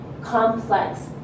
complex